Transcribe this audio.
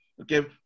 okay